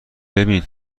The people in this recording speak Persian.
ببین